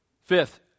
Fifth